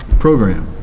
program,